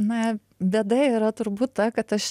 na bėda yra turbūt ta kad aš